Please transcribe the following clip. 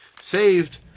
saved